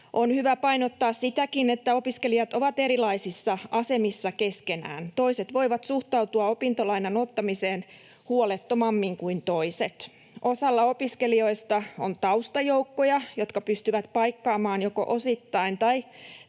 On hyvä painottaa sitäkin, että opiskelijat ovat erilaisissa asemissa keskenään: Toiset voivat suhtautua opintolainan ottamiseen huolettomammin kuin toiset. Osalla opiskelijoista on taustajoukkoja, jotka pystyvät paikkaamaan joko osittain tai